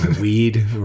weed